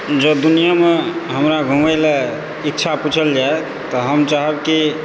जँ दुनिआमे हमरा घुमयलऽ इच्छा पूछल जाय तऽ हम चाहब कि